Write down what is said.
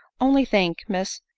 only, think, miss!